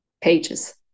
pages